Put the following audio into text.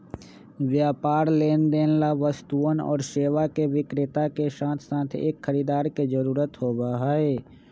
व्यापार लेनदेन ला वस्तुअन और सेवा के विक्रेता के साथसाथ एक खरीदार के जरूरत होबा हई